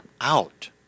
out